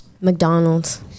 mcdonald's